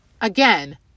Again